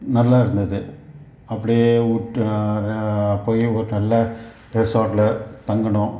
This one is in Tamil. நல்லா இருந்தது அப்படியே போய் ஒரு நல்ல ரெசார்ட்டில் தங்கினோம்